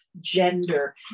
Gender